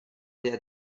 der